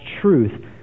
truth